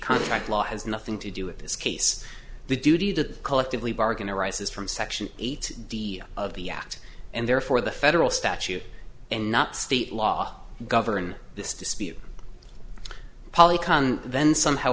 contract law has nothing to do with this case the duty to collectively bargain arises from section eight d of the act and therefore the federal statute and not state law govern this dispute poly then somehow